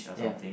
yeah